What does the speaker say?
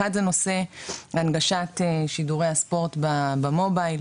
אחד זה נושא הנגשת שידורי הספורט במובייל,